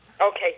Okay